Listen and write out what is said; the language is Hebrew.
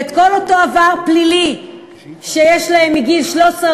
ואת כל אותו עבר פלילי שיש להם מגיל 13,